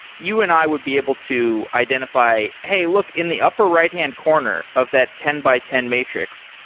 you and i would be able to identify, hey look, in the upper right-hand corner of that ten by ten matrix,